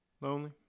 Lonely